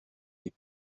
les